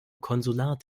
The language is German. konsulat